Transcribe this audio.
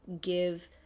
give